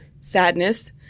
sadness